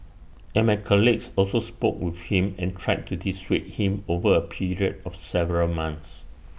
and my colleagues also spoke with him and tried to dissuade him over A period of several months